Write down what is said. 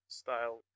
style